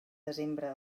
desembre